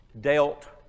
dealt